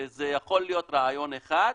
זה יכול להיות רעיון אחד,